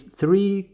three